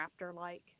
raptor-like